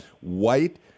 white